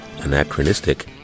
anachronistic